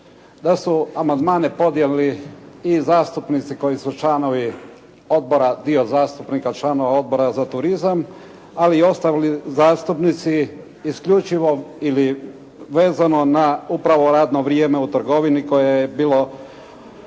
Da su amandmane podnijeli i zastupnici koji su članovi odbora, dio zastupnika članova Odbora za turizam ali i ostali zastupnici isključivo ili vezano na upravo radno vrijeme u trgovini koje je bilo